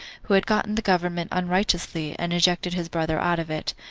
who had gotten the government unrighteously, and ejected his brother out of it,